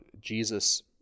Jesus